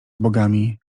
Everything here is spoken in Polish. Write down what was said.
bogami